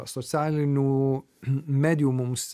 socialinių medijų mums